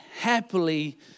happily